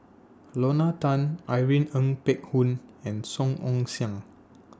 Lorna Tan Irene Ng Phek Hoong and Song Ong Siang